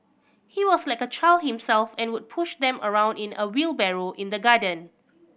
he was like a child himself and would push them around in a wheelbarrow in the garden